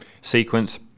sequence